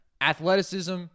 athleticism